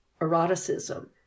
eroticism